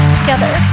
together